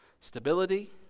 Stability